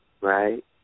right